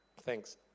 Thanks